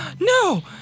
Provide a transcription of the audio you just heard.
No